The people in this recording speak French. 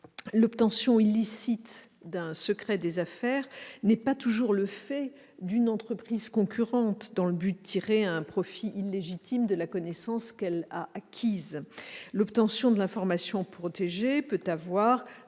L'obtention illicite d'un secret des affaires n'est pas toujours le fait d'une entreprise concurrente voulant tirer un profit illégitime de la connaissance qu'elle a ainsi acquise. L'obtention de l'information protégée peut